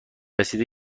رسیده